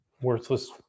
worthless